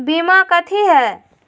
बीमा कथी है?